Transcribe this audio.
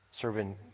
serving